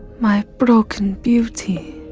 my broken beauty!